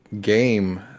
game